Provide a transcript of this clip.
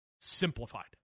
simplified